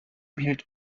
hielt